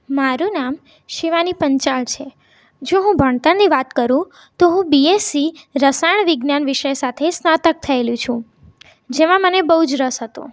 મારું નામ શિવાની પંચાલ છે જો હું ભણતરની વાત કરું તો હું બીએસસી રસાયણ વિજ્ઞાન વિષય સાથે સ્નાતક થયેલી છું જેમાં મને બહુ જ રસ હતો